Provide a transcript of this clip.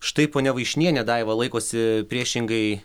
štai ponia vaišniene daiva laikosi priešingai